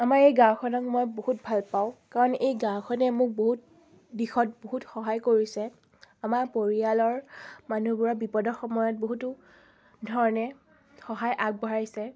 আমাৰ এই গাঁওখনক মই বহুত ভাল পাওঁ কাৰণ এই গাঁওখনে মোক বহুত দিশত বহুত সহায় কৰিছে আমাৰ পৰিয়ালৰ মানুহবোৰক বিপদৰ সময়ত বহুতো ধৰণে সহায় আগবঢ়াইছে